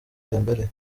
dembele